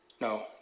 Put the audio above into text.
No